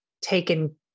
taken